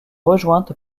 rejointe